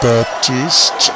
Baptist